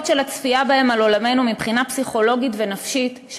של הצפייה בהם על עולמנו מבחינה פסיכולוגית ונפשית,